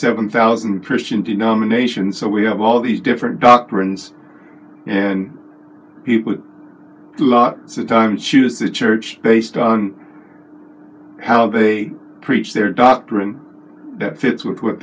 seven thousand christian denominations so we have all these different doctrines and people who are sometimes choose the church based on how they preach their doctrine that fits with what